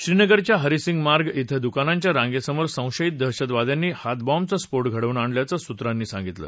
श्रीनगरच्या हरिसिंग मार्ग इथं दुकानांच्या रांगेसमोर संशयित दहशतवाद्यांनी हातबॉम्बचा स्फो घडवून आणल्याचं सूत्रांनी सांगितलं